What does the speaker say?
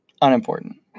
Unimportant